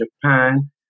Japan